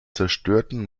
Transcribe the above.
zerstörten